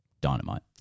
dynamite